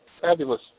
fabulous